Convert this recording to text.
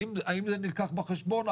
האם זה נלקח בחשבון,